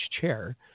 chair